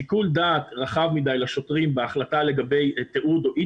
שיקול דעת רחב מדי לשוטרים בהחלטה לגבי תיעוד או אי